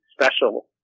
special